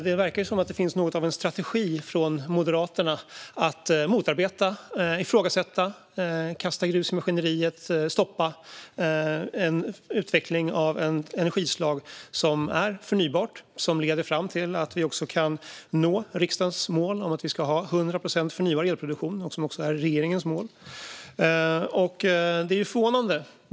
Det verkar som om det finns något av en strategi från Moderaterna att motarbeta, ifrågasätta, kasta grus i maskineriet och stoppa en utveckling av ett energislag som är förnybart och som leder fram till att vi också kan nå riksdagens och regeringens mål om 100 procent förnybar elproduktion. Det är förvånande.